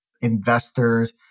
investors